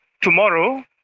tomorrow